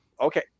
Okay